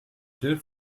fell